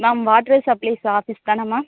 ma'am water supplies office தான ma'am